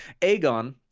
Aegon